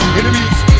Enemies